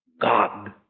God